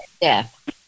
death